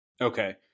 Okay